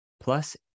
plus